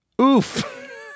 Oof